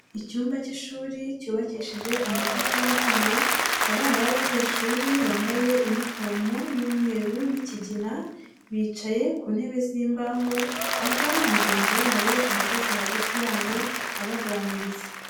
Icyumba cy'ishuri cyubakishije amatafari ahiye, abana b'abanyeshuri bambaye inifomo y'umweru n'ikigina, bicaye ku ntebe z'imbaho, aho mugenzi wabo ahagaze hagati yabo abaganiriza.